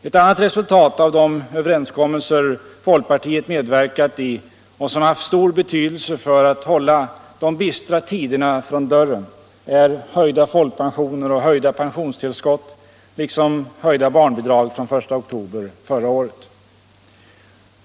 Ett annat resultat av de överenskommelser som folkpartiet medverkat i och som haft stor betydelse för att hålla de bistra tiderna från dörren, är höjda folkpensioner och höjda pensionstillskott liksom höjda barnbidrag från den 1 oktober förra året.